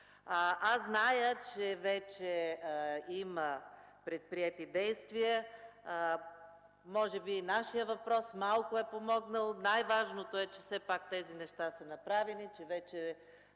Аз зная, че вече има предприети действия. Може би и нашият въпрос малко е помогнал, най-важното е, че тези неща са направени, че вече